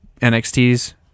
NXT's